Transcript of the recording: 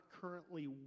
currently